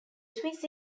swiss